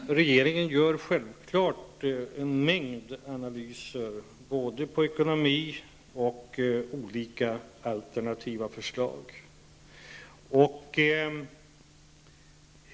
Fru talman! Regeringen gör självfallet en mängd analyser både när det gäller ekonomi och när det gäller olika alternativa förslag.